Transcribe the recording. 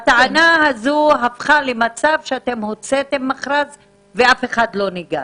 הטענה הזו הפכה למצב שאתם הוצאתם מכרז ואף אחד לא ניגש.